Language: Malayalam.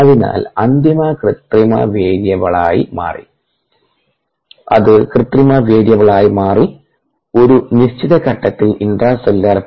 അതിനാൽ അത് കൃത്രിമ വേരിയബിളായി മാറി ഒരു നിശ്ചിത ഘട്ടത്തിൽ ഇൻട്രാസെല്ലുലാർ പി